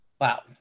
Wow